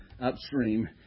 upstream